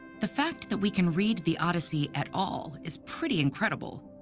the fact that we can read the odyssey at all is pretty incredible,